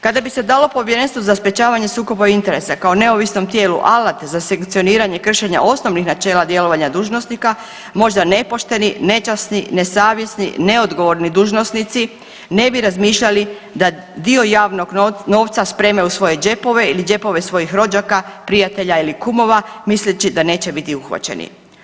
Kada bi se dalo Povjerenstvu za sprječavanje sukoba interesa kao neovisnom tijelu alate za sankcioniranje kršenja osnovnih načela djelovanja dužnosnika možda nepošteni, nečasni, nesavjesni, neodgovorni dužnosnici ne bi razmišljali da dio javnog novca spreme u svoje džepove ili džepove svojih rođaka, prijatelja ili kumova misleći da neće biti uhvaćeni.